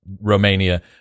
romania